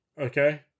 okay